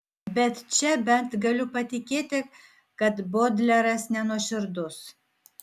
bet čia bent galiu patikėti kad bodleras nenuoširdus